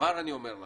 כבר אני אומר לכם,